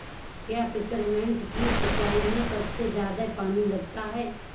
क्या पेपरमिंट की सिंचाई में सबसे ज्यादा पानी लगता है?